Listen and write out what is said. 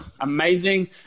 amazing